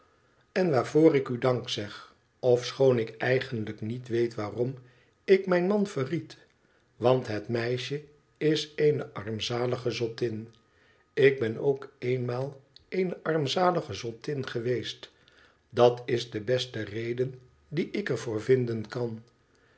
en waarvoor ik u dank zeg ofschoon ik eigenlijk niet weet waarom ik mijn man verried want het meisje is eene armzalige zottin ik ben ook eenmaal eene armzalige zottin geweest dat is de beste reden die ik er voor vinden kan